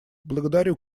благодарю